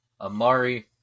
Amari